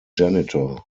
janitor